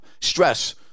Stress